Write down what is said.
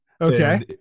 okay